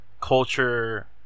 culture